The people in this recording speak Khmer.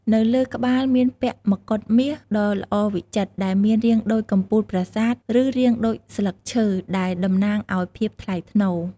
នៅលើក្បាល មានពាក់ មកុដមាសដ៏ល្អវិចិត្រ ដែលមានរាងដូចកំពូលប្រាសាទ ឬរាងដូចស្លឹកឈើ ដែលតំណាងឱ្យភាពថ្លៃថ្នូរ។